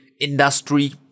industry